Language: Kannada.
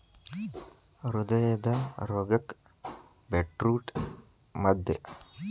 ಹೃದಯದ ರೋಗಕ್ಕ ಬೇಟ್ರೂಟ ಮದ್ದ